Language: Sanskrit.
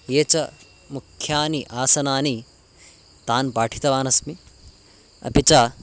ये च मुख्यानि आसनानि तान् पाठितवानस्मि अपि च